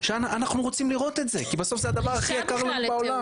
אנחנו רוצים לראות את זה כי בסוף זה הדבר הכי יקר בעולם.